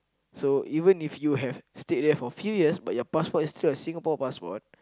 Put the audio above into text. so even if you have stayed there for few years but your passport is still a Singapore passport